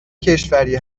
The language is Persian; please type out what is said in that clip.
کشوری